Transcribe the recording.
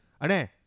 Ane